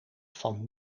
van